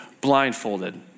blindfolded